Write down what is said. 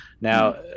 now